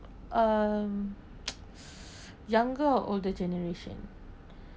um younger or older generation